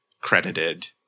credited